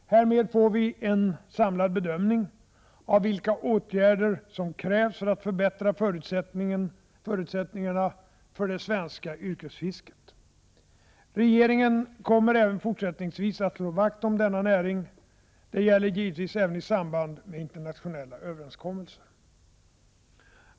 Härmed får vi en samlad bedömning av vilka åtgärder som krävs för att förbättra förutsättningarna för det svenska yrkesfisket. Regeringen kommer även fortsättningsvis att slå vakt om denna näring. Det gäller givetvis även i samband med internationella överenskommelser.